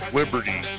liberty